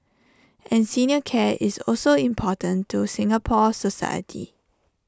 and senior care is also important to Singapore society